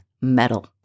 metal